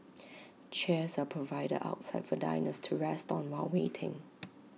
chairs are provided outside for diners to rest on while waiting